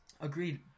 Agreed